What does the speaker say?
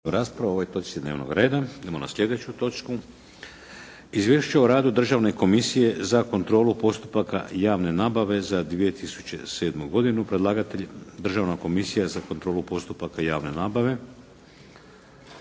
**Šeks, Vladimir (HDZ)** Idemo na sljedeću točku - Izvješće o radu Državne komisije za kontrolu postupaka javne nabave za 2007. godinu Predlagatelj: Državna komisija za kontrolu postupaka javne nabave